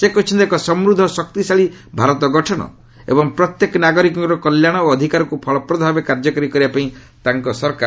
ସେ କହିଛନ୍ତି ଏକ ସମୃଦ୍ଧ ଓ ଶକ୍ତିଶାଳୀ ଭାରତ ଗଠନ ଏବଂ ପ୍ରତ୍ୟେକ ନାଗରିକଙ୍କର କଲ୍ୟାଣ ଓ ଅଧିକାରକୁ ଫଳପ୍ରଦ ଭାବେ କାର୍ଯ୍ୟକାରୀ କରିବାପାଇଁ ତାଙ୍କ ସରକାର କାମ କରିଆସ୍ରଛି